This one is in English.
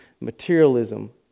materialism